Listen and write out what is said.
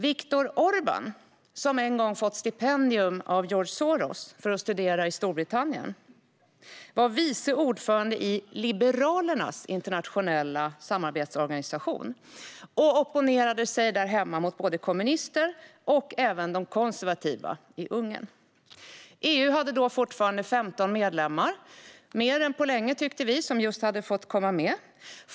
Viktor Orbán, som en gång fått stipendium av George Soros för att studera i Storbritannien, var vice ordförande i liberalernas internationella samarbetsorganisation och opponerade sig mot både kommunister och konservativa hemma i Ungern. EU hade fortfarande 15 medlemmar - mer än på länge, tyckte vi som just hade fått komma med.